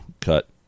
cut